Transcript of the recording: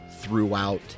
throughout